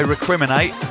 Recriminate